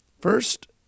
First